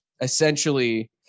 essentially